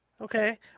Okay